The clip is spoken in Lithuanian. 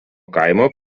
kaimo